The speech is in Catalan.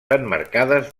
emmarcades